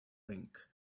rink